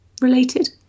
related